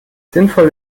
sinnvoll